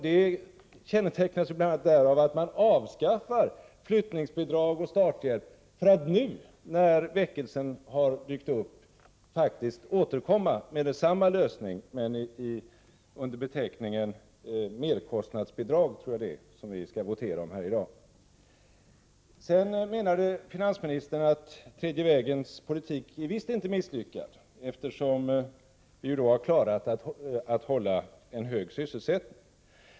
Det kännetecknas bl.a. av att de avskaffar flyttningsbidrag och starthjälp, för att nu, när väckelsen har dykt upp, återkomma med samma lösning men under beteckningen merkostnadsbidrag, som vi skall votera om här i dag. Finansministern menade att den tredje vägens politik visst inte är misslyckad, eftersom Sverige har klarat att hålla en hög sysselsättning.